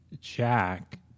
jack